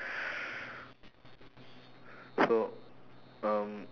so um